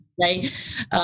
right